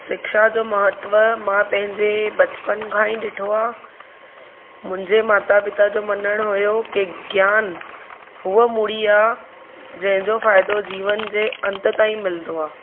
शिक्षा जो महत्व मां पंहिंजे बचपन खां ई ॾिठो आहे मुंहिंजे माता पिता जो मञण हुयो की ज्ञान उहा मूड़ी आहे जंहिंजो फ़ाइदो जीवन जे अंत ताईं मिलंदो आहे